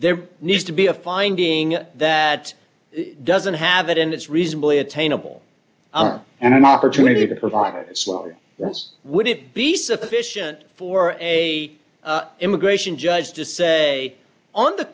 there needs to be a finding that it doesn't have it and it's reasonably attainable and an opportunity to provide some words would it be sufficient for a immigration judge to say on the